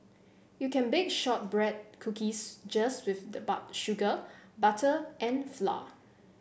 you can bake shortbread cookies just with sugar butter and flour